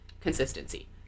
consistency